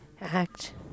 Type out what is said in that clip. Act